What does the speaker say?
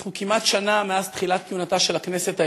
אנחנו כמעט שנה מאז תחילת כהונתה של הכנסת העשרים,